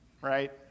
right